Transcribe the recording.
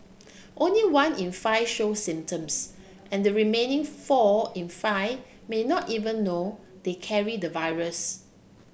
only one in five show symptoms and the remaining four in five may not even know they carry the virus